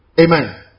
Amen